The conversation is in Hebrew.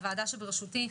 שהוועדה שברשותי,